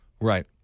right